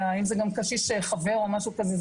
גם לקשיש חבר או משהו כזה,